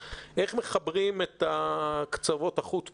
איך מחברים את הקצוות של החוט פה?